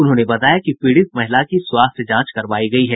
उन्होंने बताया कि पीड़ित महिला की स्वास्थ्य जांच करवाई गयी है